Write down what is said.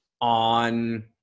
on